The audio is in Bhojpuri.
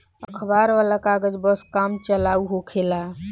अखबार वाला कागज बस काम चलाऊ होखेला